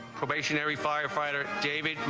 probationary firefighter david.